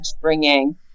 bringing